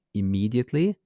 immediately